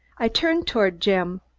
i turned toward jim.